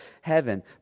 heaven